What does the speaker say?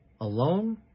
alone